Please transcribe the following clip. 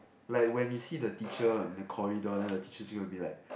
like when you see the teacher in the corridor then the teacher is going to be like